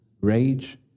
rage